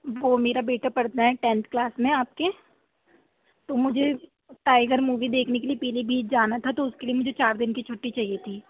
وہ میرا بیٹا پڑھتا ہے ٹینتھ کلاس میں آپ کے تو مجھے ٹائیگر مووی دیکھنے کے لیے پیلی بھیت جانا تھا تو اُس کے لیے مجھے چار دِن کی چُھٹی چاہیے تھی